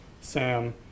Sam